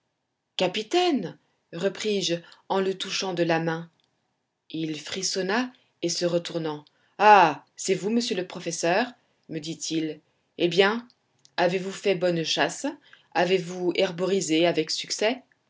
capitaine repris-je en le touchant de la main il frissonna et se retournant ah c'est vous monsieur le professeur me dit-il eh bien avez-vous fait bonne chasse avez-vous herborisé avec succès